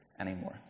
anymore